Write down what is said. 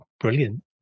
Brilliant